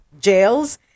jails